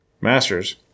Masters